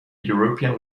european